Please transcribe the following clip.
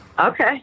Okay